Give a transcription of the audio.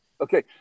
Okay